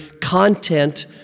content